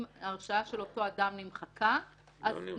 אם ההרשעה של אותו אדם נמחקה --- לא נמחקה.